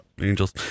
angels